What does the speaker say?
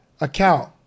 account